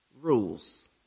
rules